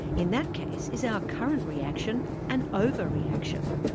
in that case, is our current reaction an over-reaction?